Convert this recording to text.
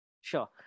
Sure